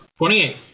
28